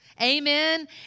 Amen